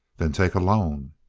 then take a loan.